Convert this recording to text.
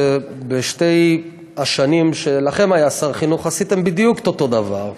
שבשתי השנים שלכם היה שר החינוך עשיתם בדיוק את אותו הדבר,